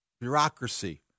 bureaucracy